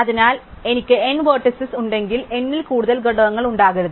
അതിനാൽ എനിക്ക് n vertices ഉണ്ടെങ്കിൽ n ൽ കൂടുതൽ ഘടകങ്ങൾ ഉണ്ടാകരുത്